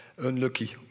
Unlucky